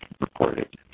reported